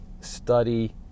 study